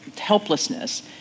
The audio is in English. helplessness